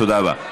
תודה רבה.